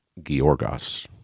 Georgos